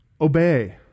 Obey